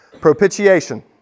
propitiation